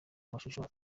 amashusho